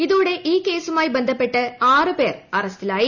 ഇതോടെ ഈ കേസുമായി ബന്ധപ്പെട്ട് ആറ് പേർ അറസ്റ്റിലായി